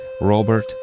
Robert